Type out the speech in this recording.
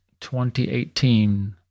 2018